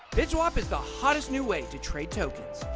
bitswap is the hottest new way to trade tokens.